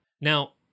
Now